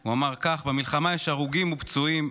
הוא אמר כך: "במלחמה יש הרוגים ופצועים.